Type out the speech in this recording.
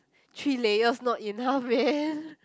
three layers not enough man